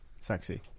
Sexy